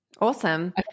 awesome